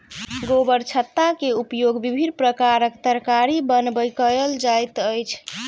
गोबरछत्ता के उपयोग विभिन्न प्रकारक तरकारी बनबय कयल जाइत अछि